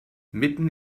mitten